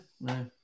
no